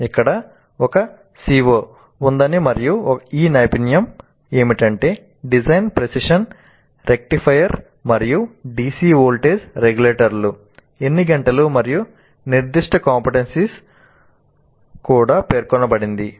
ఇక్కడ ఒక CO ఉందని మరియు ఆ నైపుణ్యం ఏమిటంటే 'డిజైన్ ప్రెసిషన్ రెక్టిఫైయర్ మరియు DC వోల్టేజ్ రెగ్యులేటర్లు' ఎన్ని గంటలు మరియు నిర్దిష్ట CO కూడా పేర్కొనబడింది